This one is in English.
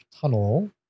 tunnel